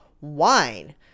wine